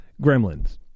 Gremlins